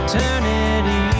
Eternity